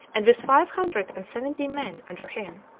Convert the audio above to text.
and with five hundred and seventy men under him.